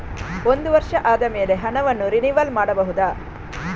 ಒಂದು ವರ್ಷ ಆದಮೇಲೆ ಹಣವನ್ನು ರಿನಿವಲ್ ಮಾಡಬಹುದ?